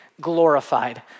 Glorified